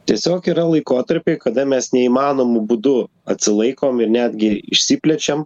tiesiog yra laikotarpiai kada mes neįmanomu būdu atsilaikom ir netgi išsiplečiam